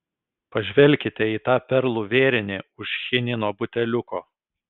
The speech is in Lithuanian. pažvelkite į tą perlų vėrinį už chinino buteliuko